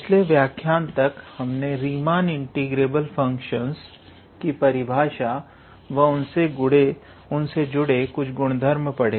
पिछले व्याख्यायन तक हमने रीमान इंटीग्रेबल फंक्शनस की परिभाषा व उनसे जुड़े कुछ गुणधर्म पढ़ें